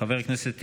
חבר הכנסת טיבי,